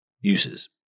uses